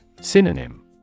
Synonym